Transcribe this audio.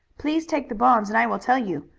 please take the bonds and i will tell you.